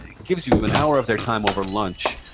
ah gives you an hour of their time over lunch,